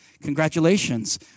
Congratulations